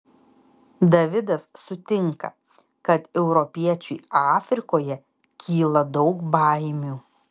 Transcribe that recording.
davidas sutinka kad europiečiui afrikoje kyla daug baimių